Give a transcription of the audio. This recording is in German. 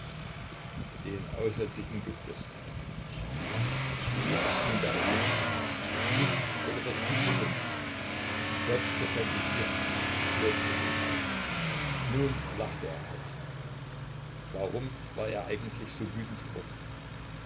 den aussätzigen juckt es wer ist nun der aussätzige ich oder das publikum selbstverständlich ihr quos ego nun lachte er herzlich warum war er eigentlich so wütend geworden